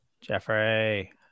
Jeffrey